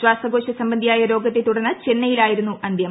ശ്വാസകോശ സംബന്ധിയായ രോഗത്തെത്തൂടർന്ന് ചെന്നൈയിലായിരുന്നു അന്ത്യം